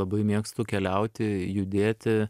labai mėgstu keliauti judėti